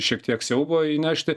šiek tiek siaubo įnešti